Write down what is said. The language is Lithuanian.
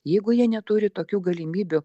jeigu jie neturi tokių galimybių